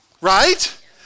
Right